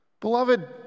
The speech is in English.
Beloved